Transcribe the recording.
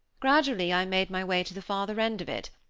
gradually i made my way to the farther end of it,